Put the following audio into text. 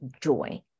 joy